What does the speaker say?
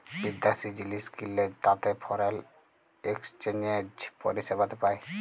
বিদ্যাশি জিলিস কিললে তাতে ফরেল একসচ্যানেজ পরিসেবাতে পায়